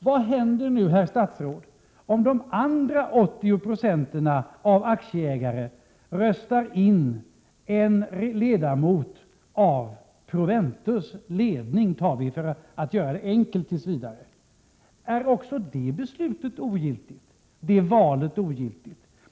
Vad händer nu, herr statsråd, om de 80 20 andra aktieägarna röstar in en ledamot av Proventus AB:s ledning - för att tills vidare göra det enkelt? Är också det valet ogiltigt?